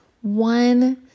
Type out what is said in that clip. one